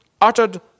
uttered